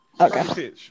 Okay